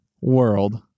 World